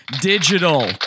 Digital